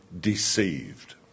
deceived